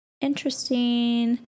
interesting